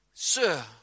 Sir